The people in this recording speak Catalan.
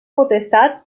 potestat